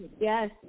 yes